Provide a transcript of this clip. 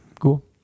Cool